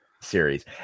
series